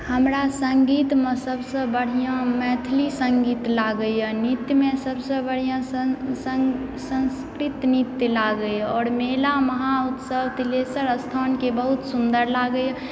हमरा संगीतमे सबसॅं बढ़िऑं मैथिली संगीत लागै यऽ नृत्य मे सब सऽ बढ़िऑं संस्कृत नृत्य लागै यऽ और मेला महा उत्सव तिलेश्वर स्थान के बहुत सुन्दर लागै यऽ